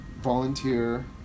Volunteer